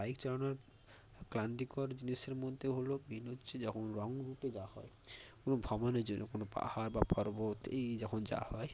bike চালানোর ক্লান্তিকর জিনিসের মধ্যে হলো মেন হচ্ছে যখন লং রুটে যাওয়া হয় কোনো ভ্রমণের জন্য কোনো পাহাড় বা পর্বত এই যখন যাওয়া হয়